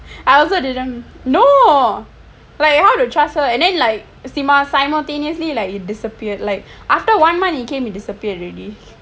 I also didn't no like how to trust her and then like see my simultaneously like it disappeared like after one month it came it disappeared already